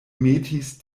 metis